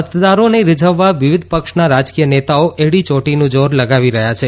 મતદારોને રીઝવવા વિવિધ પક્ષના રાજકીય નેતાઓ એડી ચોટીનું જોર લગાવી રહ્યા છે